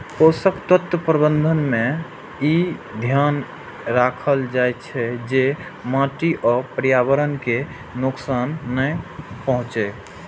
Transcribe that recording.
पोषक तत्व प्रबंधन मे ई ध्यान राखल जाइ छै, जे माटि आ पर्यावरण कें नुकसान नै पहुंचै